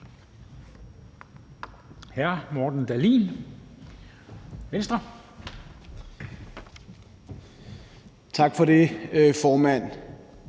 Morten Dahlin (V): Tak for det, formand.